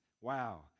wow